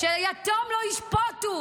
ש"יתום לא ישפטו